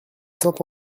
saint